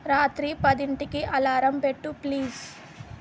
రాత్రి పదింటికి అలారం పెట్టు ప్లీజ్